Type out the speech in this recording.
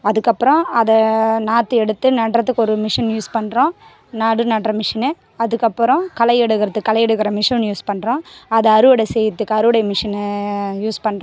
அதுக்கப்பறம் அதை நாத்து எடுத்து நடுறத்துக்கு ஒரு மிஷின் யூஸ் பண்ணுறோம் நடு நடுற மிஷின்னு அதுக்கப்புறம் களை எடுக்கிறது களை எடுக்கிற மிஷின் யூஸ் பண்ணுறோம் அதை அறுவடை செய்கிறதுக்கு அறுவடை மிஷின்னு யூஸ் பண்ணுறோம்